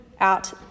Out